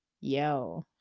yo